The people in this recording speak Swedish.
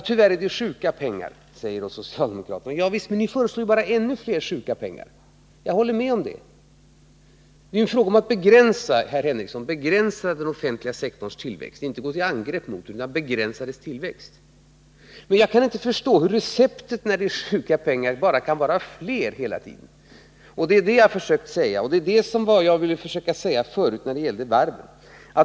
Tyvärr är det sjuka pengar, säger socialdemokraterna. Javisst, men ni föreslår ju bara ännu fler sjuka pengar. Det är fråga om, Sven Henricsson, att begränsa den offentliga sektorns tillväxt, inte gå till angrepp mot den. Jag kan inte förstå hur receptet när det gäller sjuka pengar bara kan vara hela tiden fler sjuka pengar. Det var detta jag ville försöka säga förut när det gäller varven.